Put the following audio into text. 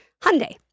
Hyundai